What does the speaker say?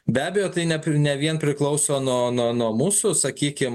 be abejo tai nepri ne vien priklauso nuo nuo nuo mūsų sakykim